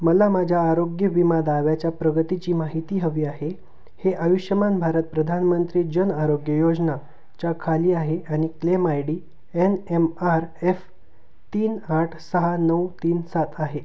मला माझ्या आरोग्य विमा दाव्याच्या प्रगतीची माहिती हवी आहे हे आयुष्यमान भारत प्रधानमंत्री जन आरोग्य योजनेच्या खाली आहे आणि claim I D N M R F तीन आठ सहा नऊ तीन सात आहे